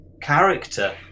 character